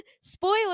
spoiler